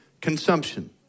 consumption